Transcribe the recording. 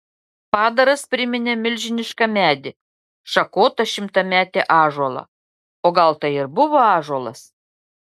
padaras priminė milžinišką medį šakotą šimtametį ąžuolą o gal tai ir buvo ąžuolas